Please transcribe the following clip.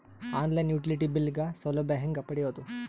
On line utility bill ಗ ಸೌಲಭ್ಯ ಹೇಂಗ ಪಡೆಯೋದು?